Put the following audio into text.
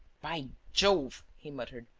by jove! he muttered.